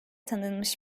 tanınmış